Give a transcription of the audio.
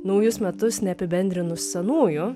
naujus metus neapibendrinus senųjų